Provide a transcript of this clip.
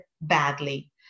badly